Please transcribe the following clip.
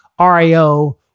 RIO